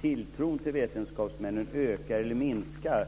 tilltron till vetenskapsmän ökar eller minskar?